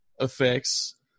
effects